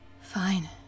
Fine